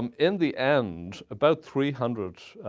um in the end, about three hundred